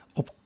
op